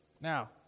Now